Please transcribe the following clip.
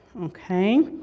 okay